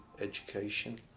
education